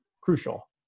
crucial